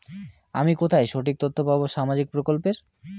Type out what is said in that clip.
আমি কোথায় সঠিক তথ্য পাবো সামাজিক প্রকল্পের?